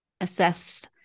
assess